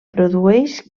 produeix